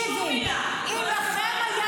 שום מילה על כך שהטילו וטו שגדעון סער לא ייכנס.